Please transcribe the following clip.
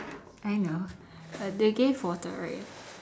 I know but they gave water right